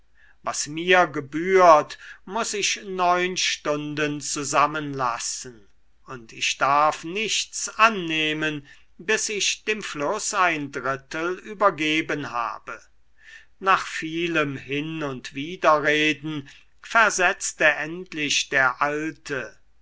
was mir gebührt muß ich neun stunden zusammen lassen und ich darf nichts annehmen bis ich dem fluß ein dritteil übergeben habe nach vielem hin und widerreden versetzte endlich der alte